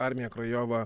armija krojova